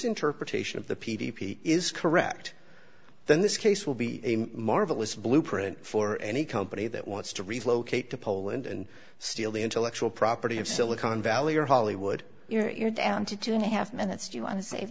interpretation of the p d p is correct then this case will be a marvelous blueprint for any company that wants to relocate to poland and steal the intellectual property of silicon valley or hollywood you're down to two and a half minutes do you want to say